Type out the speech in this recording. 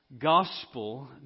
gospel